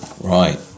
Right